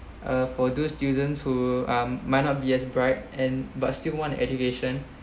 uh for those students who are might not be as bright and but still want the education